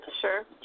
sure